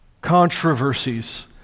controversies